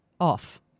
Off